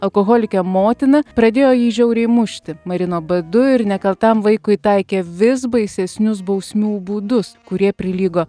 alkoholikė motina pradėjo jį žiauriai mušti marino badu ir nekaltam vaikui taikė vis baisesnius bausmių būdus kurie prilygo